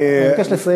אני מבקש לסיים.